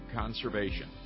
conservation